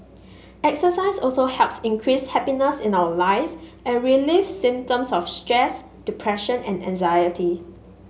exercise also helps increase happiness in our life and relieve symptoms of stress depression and anxiety